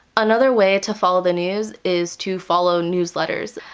another way to follow the news is to follow newsletters.